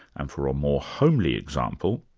and for a more homely example,